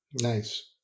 Nice